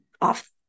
off